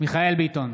מיכאל מרדכי ביטון,